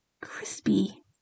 crispy